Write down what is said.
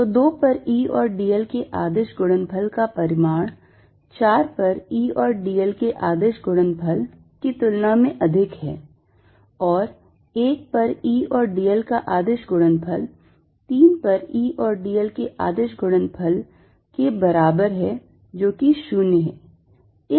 तो 2 पर E और dl के अदिश गुणनफल का परिमाण 4 पर E और dl के अदिश गुणनफल की तुलना में अधिक है और 1 पर E और dl का अदिश गुणनफल 3 पर E और dl के अदिश गुणनफल के बराबर है जो कि 0 है